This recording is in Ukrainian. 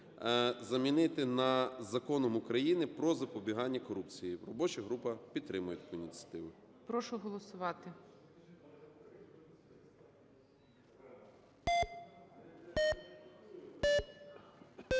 замінити на "Законом України "Про запобігання корупції". Робоча група підтримує таку ініціативу.